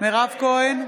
מירב כהן,